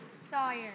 Sawyer